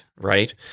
right